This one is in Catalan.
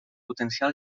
potenciar